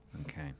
Okay